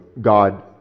god